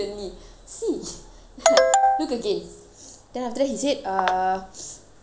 look again then after that he said err ya this is C